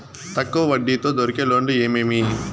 తక్కువ వడ్డీ తో దొరికే లోన్లు ఏమేమీ?